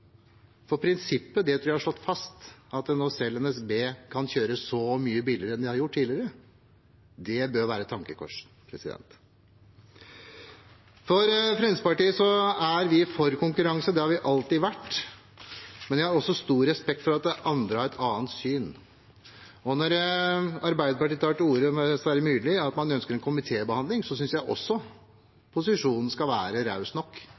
om prinsippet, for prinsippet tror jeg er slått fast, når selv NSB kan kjøre så mye billigere enn de har gjort tidligere. Det bør være et tankekors. Fremskrittspartiet er for konkurranse, det har vi alltid vært, men jeg har også stor respekt for at andre har et annet syn. Og når Arbeiderpartiet ved Sverre Myrli tar til orde for at man ønsker en komitébehandling, synes jeg posisjonen skal være raus nok